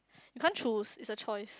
you can't choose it's a choice